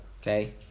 okay